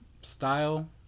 style